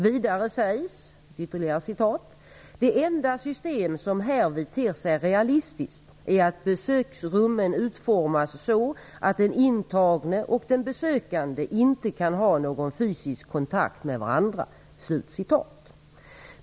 Vidare sägs: "Det enda system som härvid ter sig realistiskt är att besöksrummen utformas så att den intagne och den besökande inte kan ha någon fysisk kontakt med varandra."